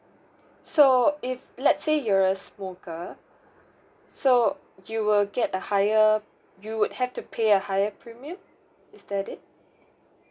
so if let's say you're smoker so you will get a higher you would have to pay a higher premium is that it